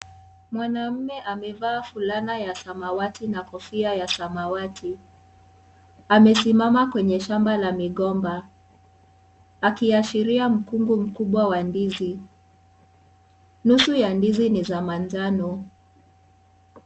Mwanaume amevaa fulana ya samawati na kofia ya samawati amesimama kwenye shamba la migomba akiashiria mkungu mkubwa wa ndizi, nusu ya ndizi ni za manjano.